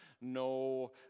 no